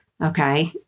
Okay